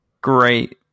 great